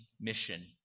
mission